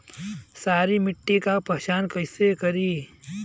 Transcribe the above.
सारी मिट्टी का पहचान कैसे होखेला?